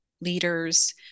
leaders